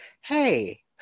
hey